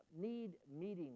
need-meeting